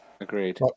Agreed